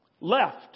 left